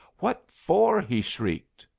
what for? he shrieked.